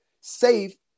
safe